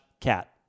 cat